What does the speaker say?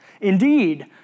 Indeed